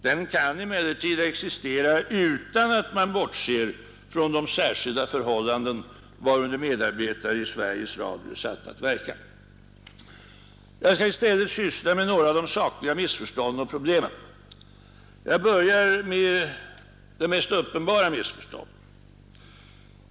Den kan emellertid existera utan att man bortser från de särskilda förhållanden varunder medarbetare i Sveriges Radio är satta att verka. Jag skall i stället syssla med några av de sakliga missförstånden och problemen. Jag börjar med det mest uppenbara missförståndet.